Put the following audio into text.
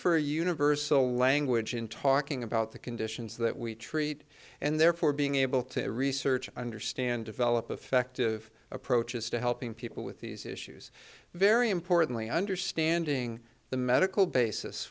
a universal language in talking about the conditions that we treat and therefore being able to research understand develop effective approaches to helping people with these issues very importantly understanding the medical basis